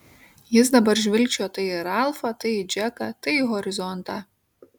jis dabar žvilgčiojo tai į ralfą tai į džeką tai į horizontą